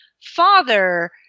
father